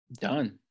done